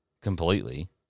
completely